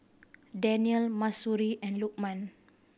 Danial Mahsuri and Lokman